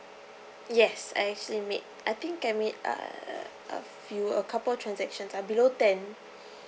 yes I actually made I think I can made uh a few a couple of transactions uh below ten